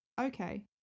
Okay